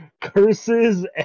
Curses